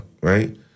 Right